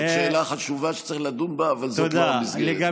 זאת שאלה חשובה שצריך לדון בה, אבל זאת לא המסגרת.